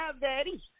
Daddy